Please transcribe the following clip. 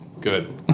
good